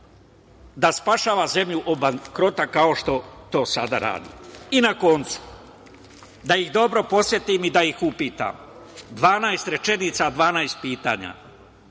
da spašava zemlju od bankrota kao što to sada rade.I na koncu da ih dobro podsetim i da ih upitam. Dvanaest rečenica, dvanaest pitanja,